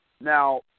now